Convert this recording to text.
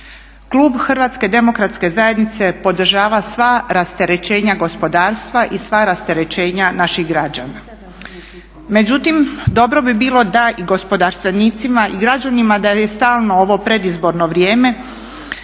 Klub Hrvatske demokratske zajednice podržava sva rasterećenja gospodarstva i sva rasterećenja naših građana. No, međutim, dobro bi bilo da i gospodarstvenicima i građanima da je stalno ovo predizborno vrijeme